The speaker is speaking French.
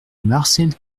marcel